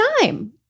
time